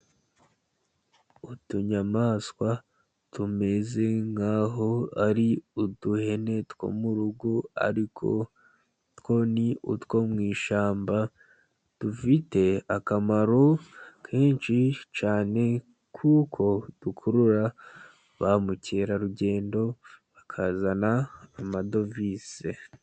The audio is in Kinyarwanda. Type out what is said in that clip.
Utunyamaswa tumeze nk'aho ari uduhene two mu rugo ariko two ni utwo mu ishyamba, dufite akamaro kenshi cyane kuko dukurura ba mukerarugendo bakazana amadovise.